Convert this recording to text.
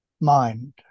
mind